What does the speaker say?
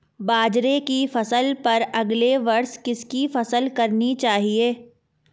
बाजरे की फसल पर अगले वर्ष किसकी फसल करनी चाहिए?